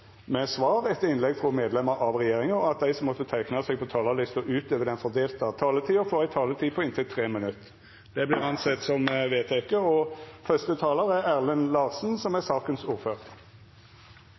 med svar etter innlegg frå medlemer av regjeringa, og at dei som måtte teikna seg på talarlista utover den fordelte taletida, får ei taletid på inntil 3 minutt. – Det er vedteke. Samhandlingsreformen ga kommunene en betydelig økning i oppgaver og økt ansvar for primærhelsetjenesten. Reformen er